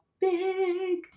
big